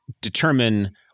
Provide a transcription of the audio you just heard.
determine